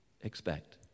expect